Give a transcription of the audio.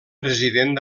president